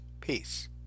Peace